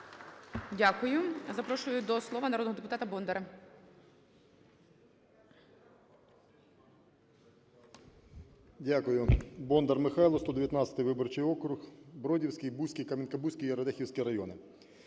Дякую. Запрошую до слова народного депутата Бондаря. 12:46:31 БОНДАР М.Л. Дякую. Бондар Михайло, 119 виборчий округ, Бродівський, Буський, Кам'янка-Бузький і Радехівський райони.